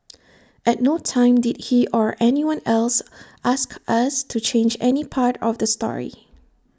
at no time did he or anyone else ask us to change any part of the story